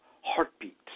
heartbeat